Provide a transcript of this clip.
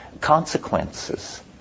consequences